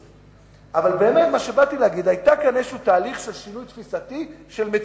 היה כאן תהליך של שינוי תפיסתי של המציאות,